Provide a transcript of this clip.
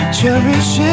Cherish